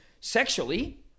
sexually